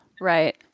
Right